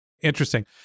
Interesting